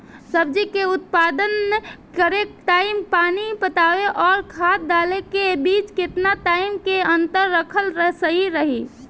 सब्जी के उत्पादन करे टाइम पानी पटावे आउर खाद डाले के बीच केतना टाइम के अंतर रखल सही रही?